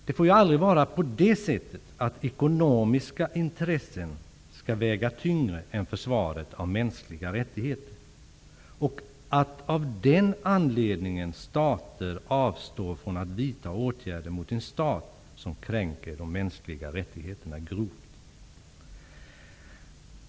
Det får aldrig vara så, att ekonomiska intressen skall väga tyngre än försvaret av mänskliga rättigheter, och att stater av den anledningen avstår från att vidta åtgärder mot en stat som grovt kränker de mänskliga rättigheterna.